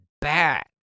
bad